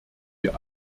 wir